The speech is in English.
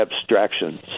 abstractions